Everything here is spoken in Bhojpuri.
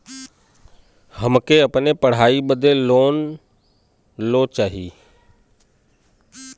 हमके अपने पढ़ाई बदे लोन लो चाही?